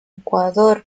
ecuador